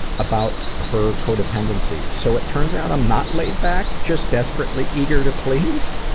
about her co-dependency, so it turns out i'm not laid back, just desperately eager to please.